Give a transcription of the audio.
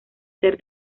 ser